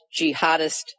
jihadist